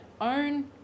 own